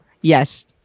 Yes